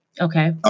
Okay